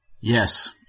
Yes